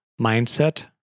mindset